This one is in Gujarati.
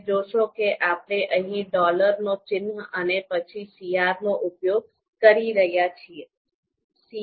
તમે જોશો કે આપણે અહીં ડોલર નો ચિન્હ અને પછી CR નો ઉપયોગ કરી રહ્યા છીએ